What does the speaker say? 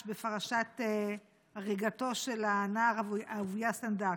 בפרשת הריגתו של הנער אהוביה סנדק.